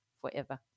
forever